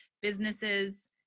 businesses